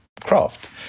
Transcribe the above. craft